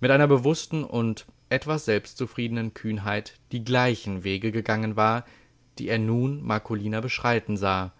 mit einer bewußten und etwas selbstzufriedenen kühnheit die gleichen wege gegangen war die er nun marcolina beschreiten sah